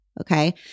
okay